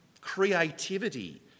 creativity